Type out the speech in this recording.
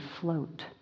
float